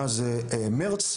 מאז תחילת מרץ,